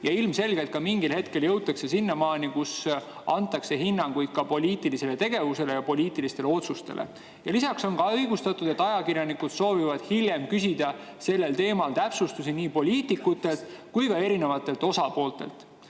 ja ilmselgelt mingil hetkel jõutakse sinnamaani, et antakse hinnanguid ka poliitilisele tegevusele ja poliitilistele otsustele. Lisaks on õigustatud, et ajakirjanikud soovivad küsida sellel teemal täpsustusi nii poliitikutelt kui ka erinevatelt osapooltelt. Selle